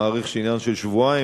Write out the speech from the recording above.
אני מעריך עניין של שבועיים,